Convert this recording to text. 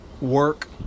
work